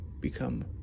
become